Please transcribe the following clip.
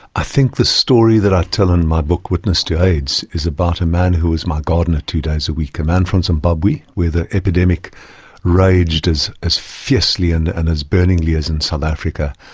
i think the story that i tell in my book, witness to aids, is about a man who was my gardener two days a week, a man from zimbabwe where the epidemic raged as as fiercely and and as a burningly as in south africa.